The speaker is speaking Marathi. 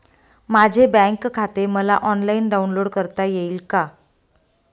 माझे बँक खाते मला ऑनलाईन डाउनलोड करता येईल का?